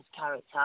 character